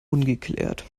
ungeklärt